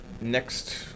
Next